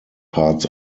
parts